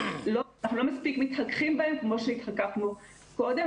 אנחנו לא מספיק מתחככים בהם כמו שהתחככנו קודם.